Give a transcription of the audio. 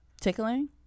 tickling